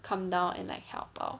come down and like help out